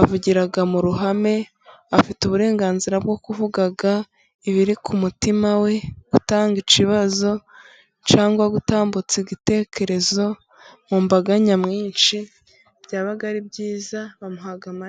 avugira muruhame, afite uburenganzira bwo kuvuga ibiri ku mutima we, gutanga ikibazo cyangwa gutambutsa igitekerezo mu mbaga nyamwinshi byaba ari byiza bamuha amashyi.